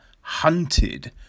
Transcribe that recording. Hunted